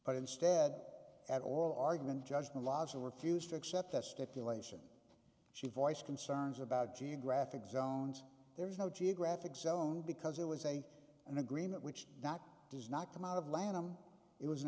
but instead at oral argument judgment lodging refused to accept that stipulation she voiced concerns about geographic zones there is no geographic zone because it was a an agreement which not does not come out of land him it was an